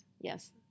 Yes